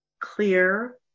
clear